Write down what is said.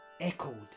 echoed